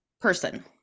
person